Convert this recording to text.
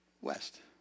west